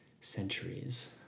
centuries